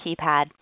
keypad